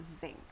zinc